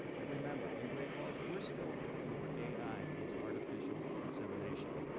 every member in great falls, we're still a community where ai means artificial insemination.